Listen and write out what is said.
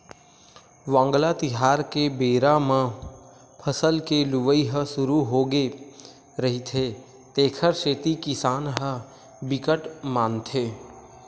वांगला तिहार के बेरा म फसल के लुवई ह सुरू होगे रहिथे तेखर सेती किसान ह बिकट मानथे